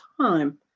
time